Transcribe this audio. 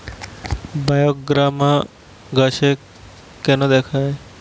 বায়োগ্রামা গাছে কেন দেয়?